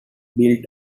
built